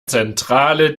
zentrale